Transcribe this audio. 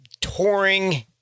touring